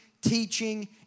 teaching